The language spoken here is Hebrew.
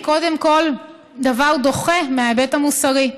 היא קודם כול דבר דוחה מההיבט המוסרי.